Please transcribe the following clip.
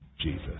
Jesus